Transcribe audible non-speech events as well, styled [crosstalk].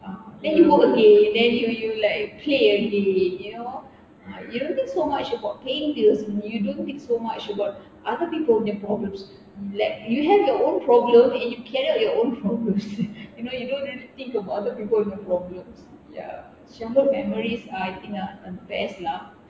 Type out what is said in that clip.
ah then you woke again then you you like play again you know ah you don't think so much about paying bills you don't think so much about other people punya problems like you have your own problem and you carry out your own problems [laughs] you know you don't really think about other people punya problems ya macam those memories are I think are the best lah